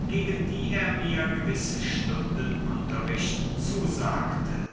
gegen die er mir gewisse stunden unterricht zusagte